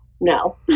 no